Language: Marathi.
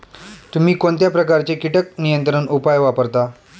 तुम्ही कोणत्या प्रकारचे कीटक नियंत्रण उपाय वापरता?